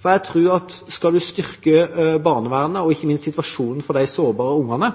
for jeg tror at skal en styrke barnevernet og ikke minst situasjonen for de sårbare ungene,